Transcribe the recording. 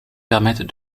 permettent